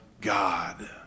God